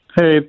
Hey